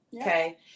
okay